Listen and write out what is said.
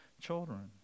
children